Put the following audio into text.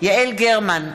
יעל גרמן,